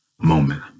moment